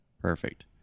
Perfect